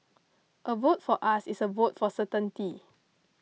a vote for us is a vote for certainty